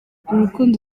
urukundo